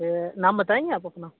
نام بتائیں گے آپ اپنا